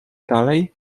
dalej